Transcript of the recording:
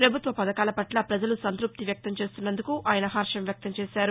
ప్రభుత్వ పథకాల పట్ల ప్రజలు సంతృప్తి వ్యక్తం చేస్తున్నందుకు ఆయన హర్వం వ్యక్తం చేశారు